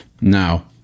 Now